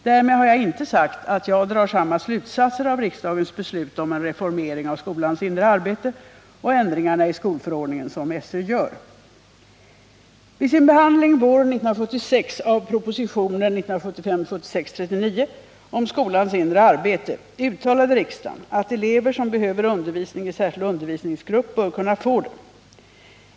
Därmed har jag inte sagt att jag drar samma slutsatser av riksdagens beslut om en reformering av skolans inre arbete och ändringarna i skolförordningen som SÖ gör. Vid sin behandling våren 1976 av propositionen 1975/76:39 om skolans inre arbete uttalade riksdagen att elever som behöver undervisning i särskild undervisningsgrupp bör kunna få det.